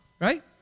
Right